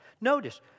Notice